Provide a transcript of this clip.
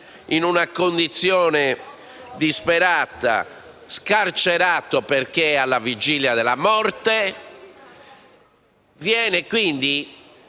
in una condizione disperata, scarcerato perché alla vigilia della morte. È quindi